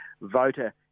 voter